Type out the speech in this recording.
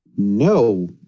no